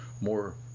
more